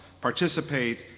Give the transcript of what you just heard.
participate